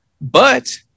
But-